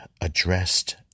addressed